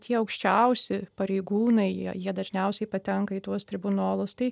tie aukščiausi pareigūnai jie jie dažniausiai patenka į tuos tribunolus tai